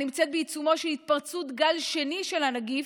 הנמצאת בעיצומו של התפרצות גל שני של הנגיף,